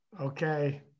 okay